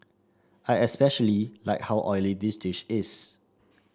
I especially like how oily the dish is